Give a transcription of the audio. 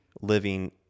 living